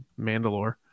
Mandalore